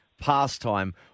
pastime